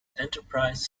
enterprise